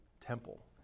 temple